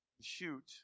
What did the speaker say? shoot